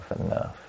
enough